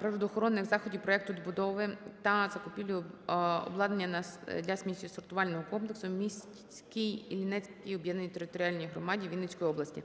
природоохоронних заходів проекту добудови та закупівлі обладнання для сміттєсортувального комплексу в міській Іллінецькій об'єднаній територіальній громаді Вінницької області.